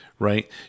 Right